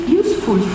useful